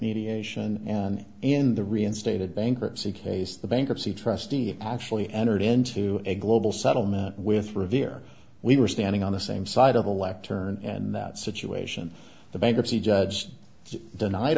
mediation and in the reinstated bankruptcy case the bankruptcy trustee actually entered into a global settlement with revere we were standing on the same side of a left turn and that situation the bankruptcy judge denied